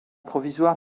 provisoire